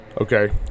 Okay